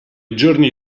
giorni